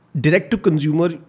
direct-to-consumer